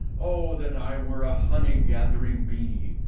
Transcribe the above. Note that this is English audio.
o, that i were a honey gathering bee,